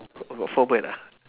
oh got four bird ah